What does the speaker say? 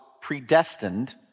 predestined